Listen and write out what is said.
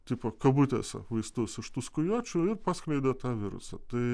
tipo kabutėse vaistus iš tų skujuočių ir paskleidė tą virusą tai